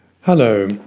Hello